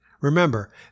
Remember